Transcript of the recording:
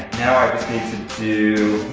now i just need to do,